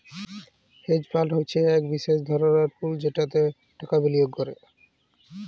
hedge fund হছে ইক বিশেষ ধরলের পুল যেটতে টাকা বিলিয়গ ক্যরে